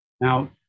Now